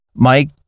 Mike